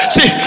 See